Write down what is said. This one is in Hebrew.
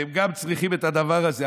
והם גם צריכים את הדבר הזה.